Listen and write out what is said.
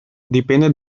dipende